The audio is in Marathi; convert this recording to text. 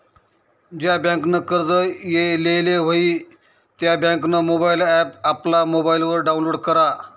ज्या बँकनं कर्ज लेयेल व्हयी त्या बँकनं मोबाईल ॲप आपला मोबाईलवर डाऊनलोड करा